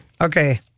Okay